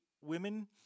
women